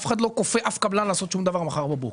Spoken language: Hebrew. אף אחד לא כופה אף קבלן לעשות שום דבר מחר בבוקר.